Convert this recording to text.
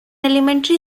elementary